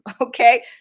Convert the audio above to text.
okay